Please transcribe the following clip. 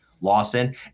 Lawson